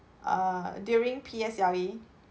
err during P_S_L_E